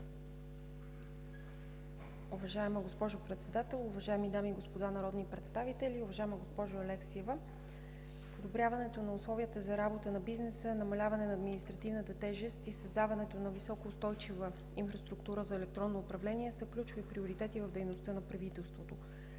Уважаема госпожо Председател, уважаеми дами и господа народни представители! Уважаема госпожо Алексиева, подобряването на условията за работа на бизнеса, намаляване на административната тежест и създаването на високоустойчива инфраструктура за електронно управление са ключови приоритети в дейността на правителството.